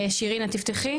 שירין, את תפתחי?